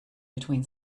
between